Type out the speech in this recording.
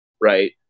right